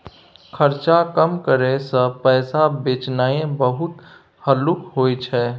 खर्चा कम करइ सँ पैसा बचेनाइ बहुत हल्लुक होइ छै